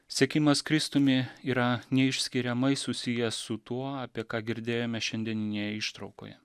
sekimas kristumi yra neišskiriamai susijęs su tuo apie ką girdėjome šiandieninėje ištraukoje